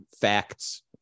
facts